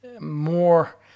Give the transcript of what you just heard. more